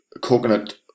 coconut